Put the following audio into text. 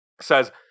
says